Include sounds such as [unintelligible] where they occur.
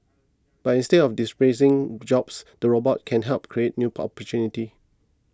but instead of displacing jobs the robots can help create new [unintelligible] opportunities